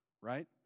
right